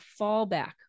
fallback